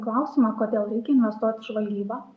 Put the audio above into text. klausimą kodėl reikia investuot į žvalgybą